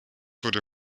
wurde